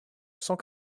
cent